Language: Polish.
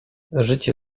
życie